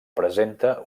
presenta